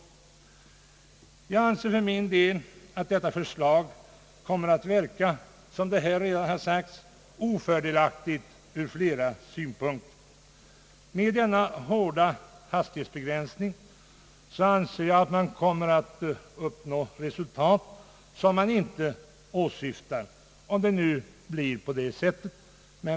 Jag anser för min del att detta förslag kommer att verka, som det här redan har sagts, ofördelaktigt ur flera synpunkter. Med denna hårda hastighetsbegränsning befarar jag att man kommer att uppnå resultat som man inte åsyftar.